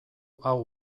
hau